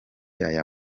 aya